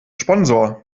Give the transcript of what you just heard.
sponsor